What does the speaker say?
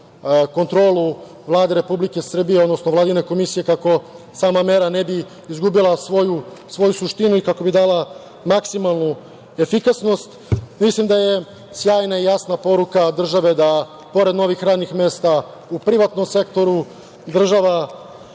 kontrolu Vlade Republike Srbije, odnosno vladine komisije kako sama mera ne bi izgubila svoju suštinu i kako bi dala maksimalnu efikasnost. Mislim da je sjajna i jasna poruka države da pored novih radnih mesta u privatnom sektoru država